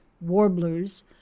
warblers